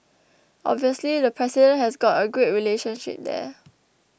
obviously the president has got a great relationship there